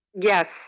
Yes